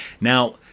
Now